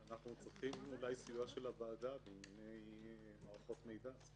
אנחנו צריכים אולי סיוע של הוועדה בענייני מערכות מידע.